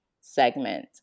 segment